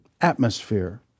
atmosphere